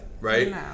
right